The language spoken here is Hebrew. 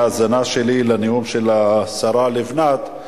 מההאזנה שלי לנאום של השרה לבנת,